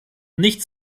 nichts